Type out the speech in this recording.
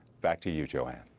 back to you joanne.